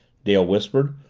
dale whispered,